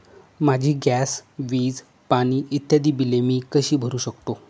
माझी गॅस, वीज, पाणी इत्यादि बिले मी कशी भरु शकतो?